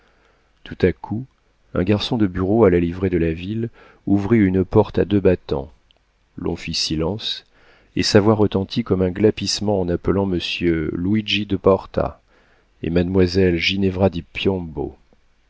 tout à coup un garçon de bureau à la livrée de la ville ouvrit une porte à deux battants l'on fit silence et sa voix retentit comme un glapissement en appelant monsieur luigi da porta et mademoiselle ginevra